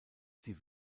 sie